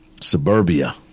suburbia